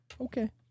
okay